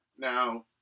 Now